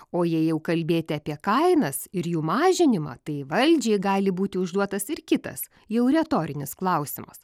o jei jau kalbėti apie kainas ir jų mažinimą tai valdžiai gali būti užduotas ir kitas jau retorinis klausimas